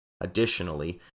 Additionally